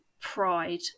pride